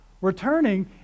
Returning